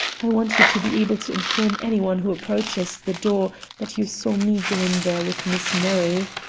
i want you to be able to inform any one who approaches the door that you saw me go in there with miss murray.